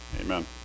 Amen